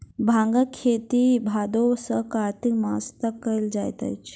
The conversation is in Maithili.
भांगक खेती भादो सॅ कार्तिक मास तक कयल जाइत अछि